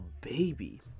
baby